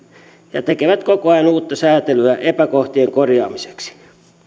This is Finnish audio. ja tekevät koko ajan uutta säätelyä epäkohtien korjaamiseksi